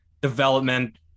development